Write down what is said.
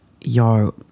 Yo